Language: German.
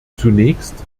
zunächst